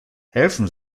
helfen